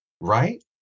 right